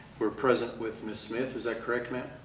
we're present with ms. smith. is that correct, ma'am?